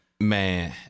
Man